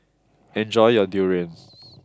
enjoy your durian